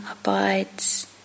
abides